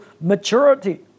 maturity